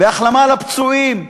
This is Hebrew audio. והחלמה לפצועים.